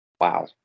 Wow